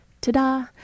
ta-da